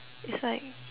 it's like